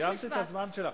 סיימת את הזמן שלך.